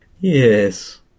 Yes